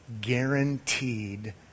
guaranteed